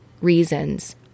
reasons